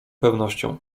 pewnością